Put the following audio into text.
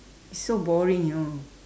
it's so boring you know